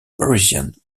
parisian